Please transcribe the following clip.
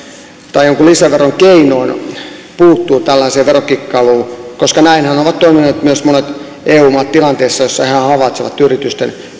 tai jonkin lisäveron keinoin puuttuu tällaiseen verokikkailuun koska näinhän ovat toimineet myös monet eu maat tilanteessa jossa ne havaitsevat yritysten